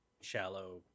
Shallow